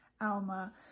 Alma